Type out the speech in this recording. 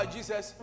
Jesus